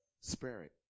spirit